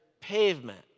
pavement